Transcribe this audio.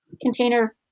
container